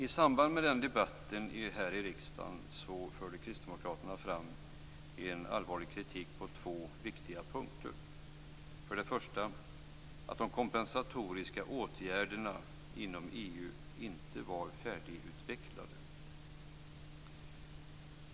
I samband med den debatten här i riksdagen förde Kristdemokraterna fram allvarlig kritik på två viktiga punkter, först och främst därför att de kompensatoriska åtgärderna inom EU inte var färdigutvecklade.